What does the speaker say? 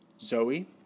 Zoe